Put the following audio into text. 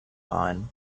ein